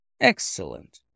Excellent